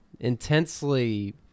Intensely